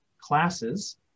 classes